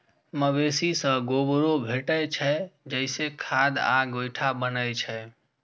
मवेशी सं गोबरो भेटै छै, जइसे खाद आ गोइठा बनै छै